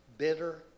bitter